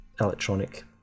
electronic